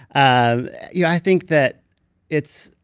um yeah i think that it's.